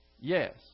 Yes